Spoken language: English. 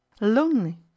Lonely